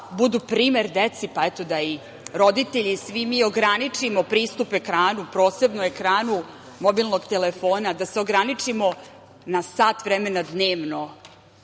budu primer deci, pa eto, da i roditelji i svi mi ograničimo pristup ekranu, posebno ekranu mobilnog telefona, da se ograničimo na sat vremena dnevno,